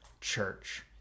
church